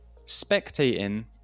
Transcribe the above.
spectating